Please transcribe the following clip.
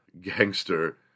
gangster